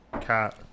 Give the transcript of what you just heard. cat